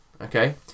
Okay